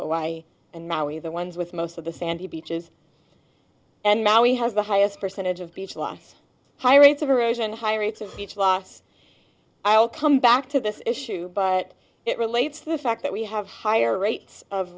why and now we are the ones with most of the sandy beaches and now he has the highest percentage of beach loss high rates of erosion high rates of speech loss i'll come back to this issue but it relates to the fact that we have higher rates of